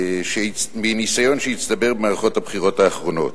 מניסיון שהצטבר במערכות הבחירות האחרונות.